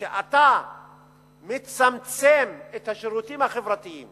שאם אתה מצמצם את השירותים החברתיים